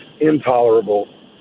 intolerable